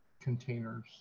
containers